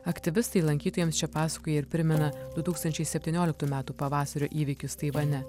aktyvistai lankytojams čia pasakoja ir primena du tūkstančiai septynioliktų metų pavasario įvykius taivane